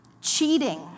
cheating